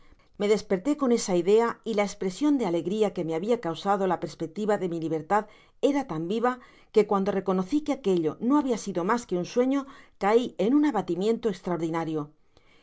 me desperté con esa idea y la espresion de alegria que me habia causado la perspectiva de mi libertad era tan viva que cuando reconocí que aquello no habia sido mas que un sueño cai en un abatimiento estraordinario